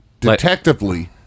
detectively